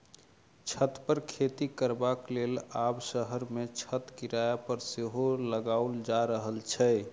छत पर खेती करबाक लेल आब शहर मे छत किराया पर सेहो लगाओल जा रहल छै